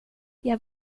jag